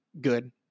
good